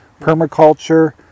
permaculture